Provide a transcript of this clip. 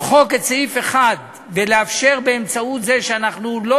למחוק את סעיף 1 ולאפשר באמצעות זה שאנחנו לא